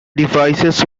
devices